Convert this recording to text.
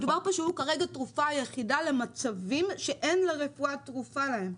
כרגע זו התרופה היחידה למצבים שאין לרפואה תרופה להם.